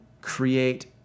create